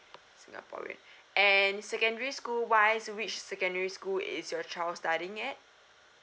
singaporean and secondary school wise which secondary school is your child studying at